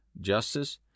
justice